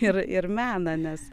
ir ir meną nes